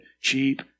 cheap